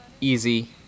easy